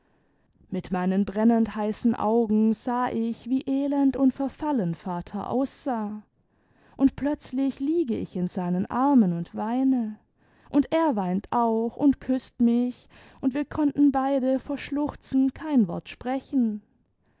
mit meinen brennendheißen augen sah ich wie elend tmd verfallen vater aussah und plötzlich liege ich in seinen armen und weine und er weint auch und küßt mich imd wir konnten beide vor schluchzen kein wort sprechexl